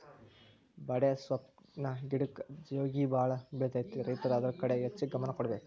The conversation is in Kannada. ಬಡೆಸ್ವಪ್ಪ್ ಗಿಡಕ್ಕ ಜೇಗಿಬಾಳ ಬಿಳತೈತಿ ರೈತರು ಅದ್ರ ಕಡೆ ಹೆಚ್ಚ ಗಮನ ಕೊಡಬೇಕ